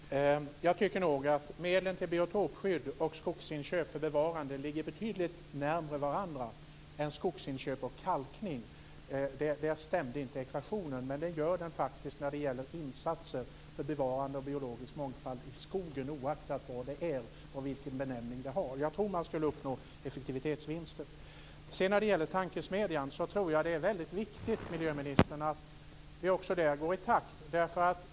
Fru talman! Jag tycker nog att medlen till biotopskydd och skogsinköp för bevarande ligger betydligt närmare varandra än medlen för skogsinköp och kalkning. Där stämmer inte ekvationen, men så är faktiskt fallet när det gäller insatser för bevarande av biologisk mångfald i skogen, oaktat vad det gäller och vilken benämning det har. Jag tror att man skulle uppnå effektivitetsvinster. När det sedan gäller tankesmedjan tror jag att det är väldigt viktigt, miljöministern, att vi också därvidlag går i takt.